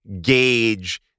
gauge